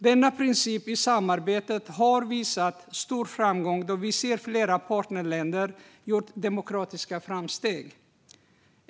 Denna princip i samarbetet har visat stor framgång, då vi ser att flera partnerländer gjort demokratiska framsteg.